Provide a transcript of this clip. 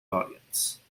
audience